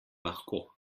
lahko